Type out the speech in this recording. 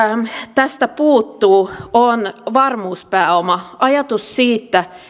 tästä puuttuu on varmuuspääoma ajatus siitä